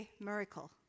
miracle